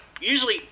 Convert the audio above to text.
usually